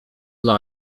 dla